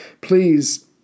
Please